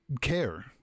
care